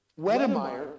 Wedemeyer